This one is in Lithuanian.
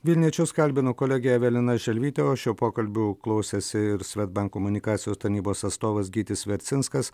vilniečius kalbino kolegė evelina želvytė o šio pokalbių klausėsi ir svedbank komunikacijos tarnybos atstovas gytis vercinskas